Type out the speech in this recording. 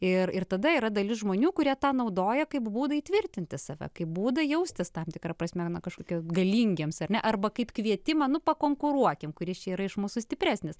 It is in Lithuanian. ir ir tada yra dalis žmonių kurie tą naudoja kaip būdą įtvirtinti save kaip būdą jaustis tam tikra prasme kažkokiu galingiems ar ne arba kaip kvietimą nu pakonkuruokim kuris čia yra iš mūsų stipresnis